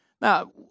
Now